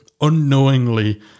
unknowingly